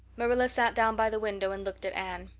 marilla sat down by the window and looked at anne.